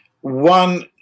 One